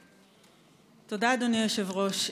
תודה, אדוני היושב-ראש.